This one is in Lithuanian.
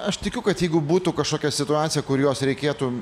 aš tikiu kad jeigu būtų kažkokia situacija kur jos reikėtų